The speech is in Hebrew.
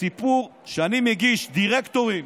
סיפור שאני מגיש דירקטורים,